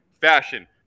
fashion